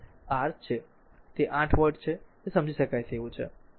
તેથી તે 8 વોટ છે તે સમજી શકાય તેવું છે